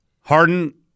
Harden